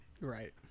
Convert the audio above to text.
right